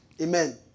Amen